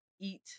eat